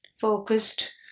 focused